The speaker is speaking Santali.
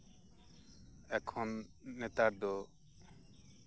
ᱮᱠᱷᱚᱱ ᱱᱮᱛᱟᱨ ᱫᱚ